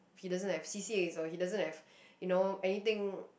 he doesn't have C_C_As he doesn't have you know anything